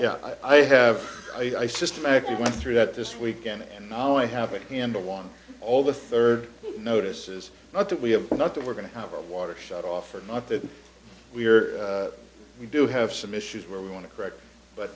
yeah i have i systematically went through that this weekend and now i have a handle on all the third notices that we have not that we're going to have our water shut off or not that we're we do have some issues where we want to correct but